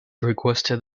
requested